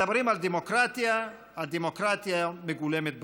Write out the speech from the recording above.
מדברים על דמוקרטיה, הדמוקרטיה מגולמת בכנסת,